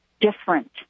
different